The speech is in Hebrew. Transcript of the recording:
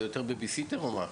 זה יותר Babysitting או מה?